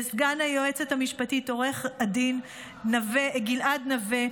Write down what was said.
לסגן היועצת המשפטית עו"ד גלעד נווה,